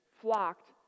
flocked